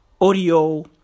audio